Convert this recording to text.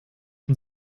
und